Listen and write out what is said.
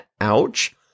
Ouch